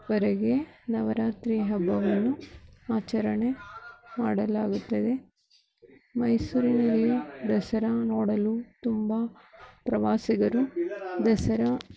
ವರಗೆ ನವರಾತ್ರಿ ಹಬ್ಬವನ್ನು ಆಚರಣೆ ಮಾಡಲಾಗುತ್ತದೆ ಮೈಸೂರಿನಲ್ಲಿ ದಸರಾ ನೋಡಲು ತುಂಬ ಪ್ರವಾಸಿಗರು ದಸರಾ